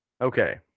Okay